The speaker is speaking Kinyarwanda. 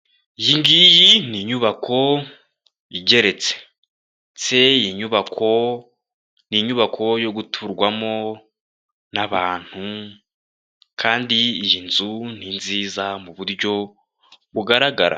Iyi ngiyi ni inyubako igeretse, ni nyubako yo guturwamo n'abantu kandi iyi nzu ni nziza mu buryo bugaragara.